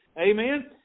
Amen